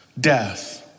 death